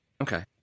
Okay